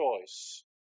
choice